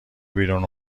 بیرون